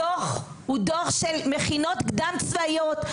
הדו"ח הוא דו"ח של מכינות קדם צבאיות.